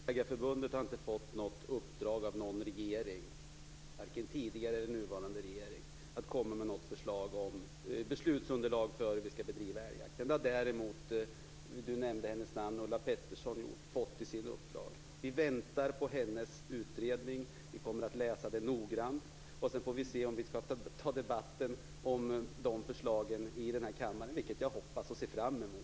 Herr talman! Jägareförbundet har inte fått något uppdrag av någon regering, varken tidigare eller nuvarande, att komma med förslag om beslutsunderlag för hur vi skall bedriva älgjakten. Det har däremot, som Dan Ericsson nämnde, Ulla Pettersson. Vi väntar på hennes utredning. Vi kommer att läsa den noggrant. Sedan får vi se om vi skall ta debatten om hennes förslag här i kammaren. Det hoppas jag, och det ser jag fram emot.